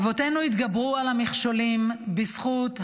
אבותינו התגברו על המכשולים בזכות האמונה,